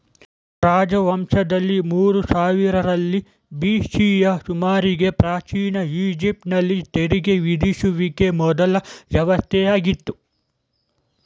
ರಾಜವಂಶದಲ್ಲಿ ಮೂರು ಸಾವಿರರಲ್ಲಿ ಬಿ.ಸಿಯ ಸುಮಾರಿಗೆ ಪ್ರಾಚೀನ ಈಜಿಪ್ಟ್ ನಲ್ಲಿ ತೆರಿಗೆ ವಿಧಿಸುವಿಕೆ ಮೊದ್ಲ ವ್ಯವಸ್ಥೆಯಾಗಿತ್ತು